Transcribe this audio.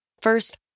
First